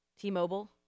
T-Mobile